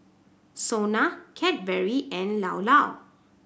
SONA Cadbury and Llao Llao